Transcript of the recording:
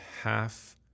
half